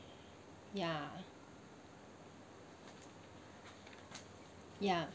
ya ya